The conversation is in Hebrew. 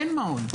אין מעון,